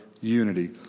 unity